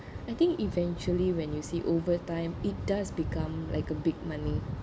I think eventually when you see over time it does become like a big money